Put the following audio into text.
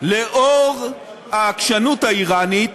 לאור העקשנות האיראנית,